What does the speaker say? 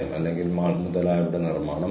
ഒപ്പം അത് ടീം ഫലങ്ങളിലേക്ക് നയിക്കുന്നു